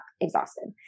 exhausted